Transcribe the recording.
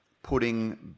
Putting